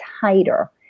tighter